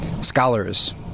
scholars